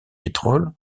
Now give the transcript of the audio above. pétrole